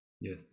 Yes